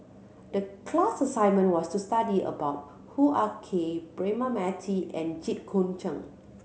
the class assignment was to study about Hoo Ah Kay Braema Mathi and Jit Koon Ch'ng